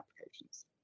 applications